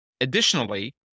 Additionally